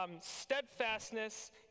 steadfastness